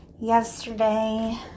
yesterday